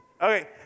Okay